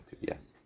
yes